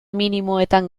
minimoetan